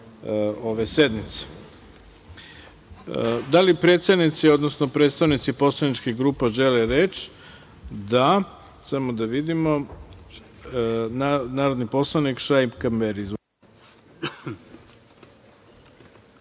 ove sednice. Da li predsednici, odnosno predstavnici poslaničkih grupa žele reč? (Da.)Reč ima narodni poslanik Šaip Kanberi. Izvolite.